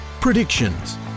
predictions